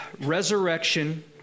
Resurrection